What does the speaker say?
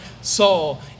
Saul